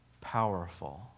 powerful